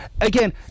Again